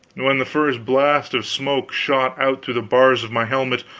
when the first blast of smoke shot out through the bars of my helmet,